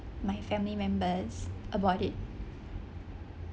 my family members about it